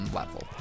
level